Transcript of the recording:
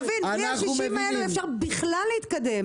אפשר בכלל להתקדם.